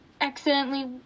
accidentally